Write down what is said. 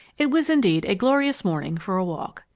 it was indeed a glorious morning for a walk.